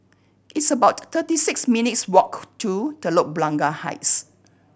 it's about thirty six minutes' walk to Telok Blangah Heights